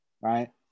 right